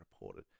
reported